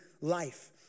life